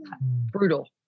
Brutal